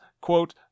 quote